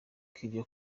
iryo